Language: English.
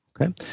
Okay